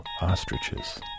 ostriches